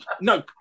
no